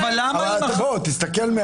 בוא תסתכל.